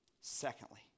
Secondly